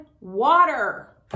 water